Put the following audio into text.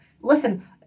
listen